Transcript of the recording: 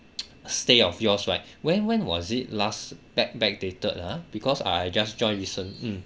stay of yours right when when was it last back backdated uh because I just joined recent mm